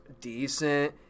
decent